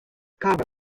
cover